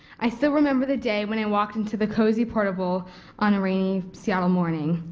i still remember the day when i walked into the cozy portable on a rainy seattle morning.